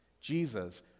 Jesus